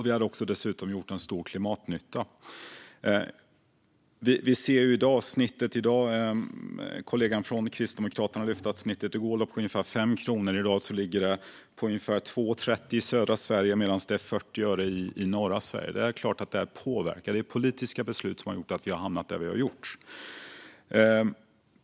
Vi hade dessutom gjort stor klimatnytta. Kollegan från Kristdemokraterna lyfte att snittpriset i går var ungefär 5 kronor. I dag ligger det på ungefär 2,30 i södra Sverige medan det är 40 öre i norra Sverige. Det är klart att det är politiska beslut som påverkar och som har gjort att vi har hamnat där vi är.